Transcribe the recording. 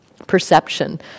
Perception